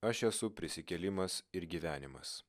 aš esu prisikėlimas ir gyvenimas